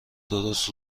درست